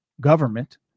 government